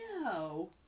No